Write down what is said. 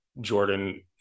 Jordan